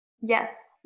Yes